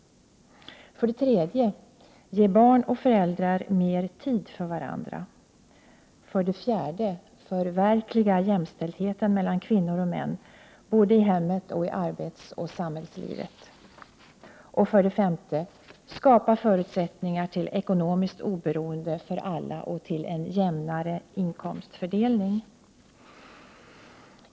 = Ge barn och föräldrar mer tid för varandra. —- Förverkliga jämställdheten mellan kvinnor och män både i hemmet och i arbetsoch samhällslivet. - Skapa förutsättningar för ekonomiskt oberoende för alla och för en jämnare inkomstfördelning.